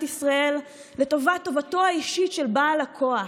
ישראל לטובת טובתו האישית של בעל הכוח.